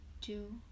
two